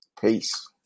Peace